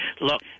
look